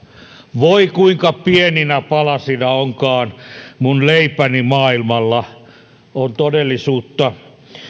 voi kuinka pieninä palasina onkaan mun leipäni maailmalla on todellisuutta